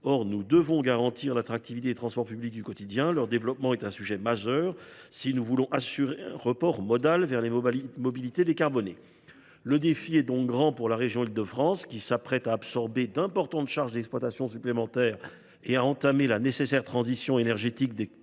Or nous devons garantir l’attractivité des transports publics du quotidien. Leur développement est un sujet majeur si nous voulons assurer un report modal vers les mobilités décarbonées. Le défi est donc grand pour la région Île de France, qui s’apprête à absorber d’importantes charges d’exploitation supplémentaires et à entamer la nécessaire transition énergétique d’électrification